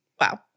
wow